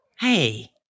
Hey